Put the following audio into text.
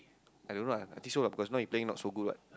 I don't know ah I think so ah because now he playing not so good [what]